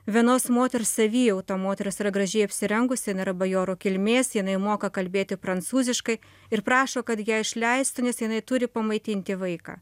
vienos moters savijautą moteris yra gražiai apsirengusi jin yra bajorų kilmės jinai moka kalbėti prancūziškai ir prašo kad ją išleistų nes jinai turi pamaitinti vaiką